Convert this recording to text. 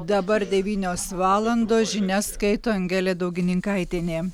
dabar devynios valandos žinias skaito angelė daugininkaitienė